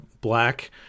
black